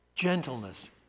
gentleness